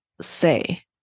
say